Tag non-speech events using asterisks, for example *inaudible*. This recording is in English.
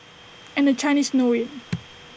and the Chinese know IT *noise*